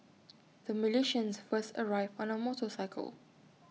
the Malaysians first arrived on A motorcycle